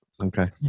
okay